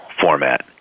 format